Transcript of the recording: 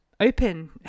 open